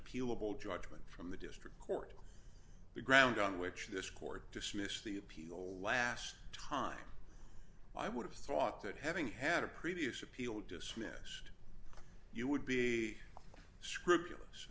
appealable judgment from the district court the ground on which this court dismissed the appeal last time i would have thought that having had a previous appeal dismissed you would be scrupulous